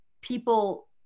people